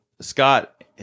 Scott